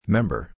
Member